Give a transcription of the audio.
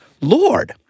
Lord